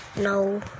No